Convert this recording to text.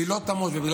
והיא לא תעמוד בזה,